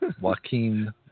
Joaquin